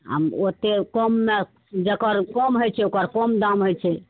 आओर ओते कममे जकर कम होइ छै ओकर कम दाम होइ छै